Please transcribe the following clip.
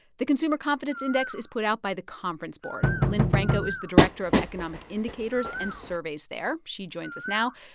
the consumer confidence index is put out by the conference board. lynn franco is the director of economic indicators and surveys there. she joins us now.